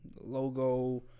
logo